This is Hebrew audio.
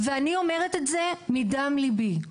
ואני אומרת את זה מדם לבי,